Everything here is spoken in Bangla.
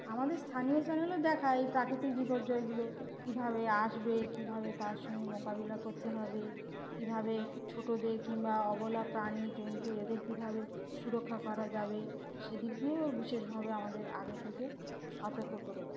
আমাদের স্থানীয় চ্যানেলও দেখায় এই প্রাকৃতিক বিপর্যয়গুলো কীভাবে আসবে কীভাবে তার সঙ্গে মোকাবিলা করতে হবে কীভাবে ছোটদের কিংবা অবলা প্রাণী জন্তু এদের কীভাবে সুরক্ষা করা যাবে সেদিক দিয়েও বিশেষভাবে আমাদের আগে থেকে সতর্ক করে দেয়